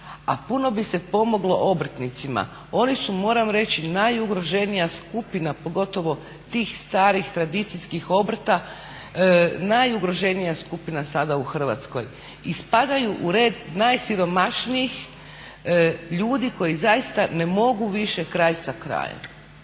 a puno bi se pomoglo obrtnicima. Oni su moram reći najugroženija skupina pogotovo tih starih tradicijskih obrta, najugroženija skupina sada u Hrvatskoj i spadaju u red najsiromašnijih ljudi koji ne mogu više kraj sa krajem.